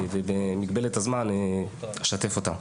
ובמגבלת הזמן אשתף אתכם.